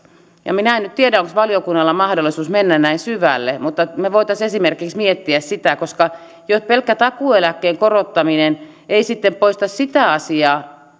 minä en nyt tiedä onko valiokunnalla mahdollisuus mennä näin syvälle mutta me voisimme esimerkiksi miettiä sitä koska jo pelkkä takuueläkkeen korottaminen ei sitten poista sitä asiaa